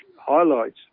highlights